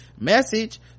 message